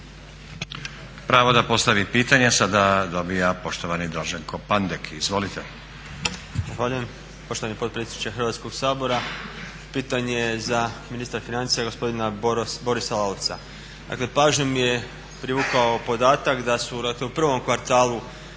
Pravo da postavi pitanja sada dobija poštovani Draženko Pandek. Izvolite. **Pandek, Draženko (SDP)** Zahvaljujem poštovani potpredsjedniče Hrvatskog sabora. Pitanje je za ministra financija gospodina Borisa Lalovca. Pažnju mi je privukao podatak da su u prvom kvartalu